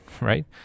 right